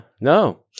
No